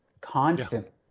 constantly